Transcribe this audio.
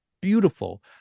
beautiful